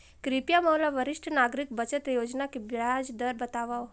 कृपया मोला वरिष्ठ नागरिक बचत योजना के ब्याज दर बतावव